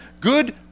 good